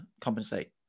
compensate